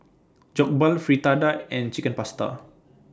Jokbal Fritada and Chicken Pasta